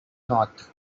not